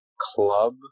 club